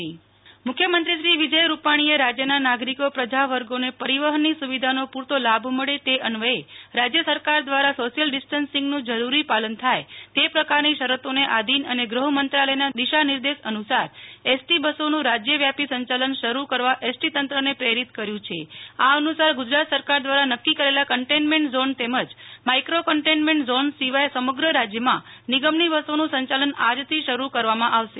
નેહ્લ ઠક્કર મ્ ખ્યમંત્રી મુખ્ય મંત્રીશ્રી વિજય રૂપાણી એ રાજ્યના નાગરિકો પ્રજા વર્ગોને પરીવહનની સુવિધાનો પુરતો લાભ મળે તે અન્વયે રાજ્ય સરકાર ધ્વારા સોશિયલ ડીસન્ટસીંગનું જરૂરી પાલન થાય તે પ્રકારની શરતોને આધીન અને ગૃહ મંત્રાલય ના દિશા નિર્દેશ અનુ સાર એસ ટી બસોનું રાજ્ય વ્યાપી સંયાલન શરૂ કરવા એસ ટી તંત્ર ને પ્રેરિત કર્યું છે આ અનુ સાર ગુજરાત સરકાર દ્વારા નક્કી કરેલા કન્ટેઈનમેન્ટ ઝોન તેમજ માઈક્રો કન્ટેઈનમેન્ટ ઝોન સિવાય સમગ્ર રાજ્યમાં નિગમની બસોનું સંચાલન આજથી શરુ કરવામાં આવશે